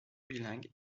bilingues